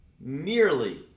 nearly